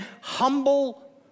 humble